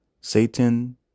Satan